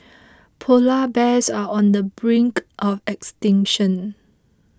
Polar Bears are on the brink of extinction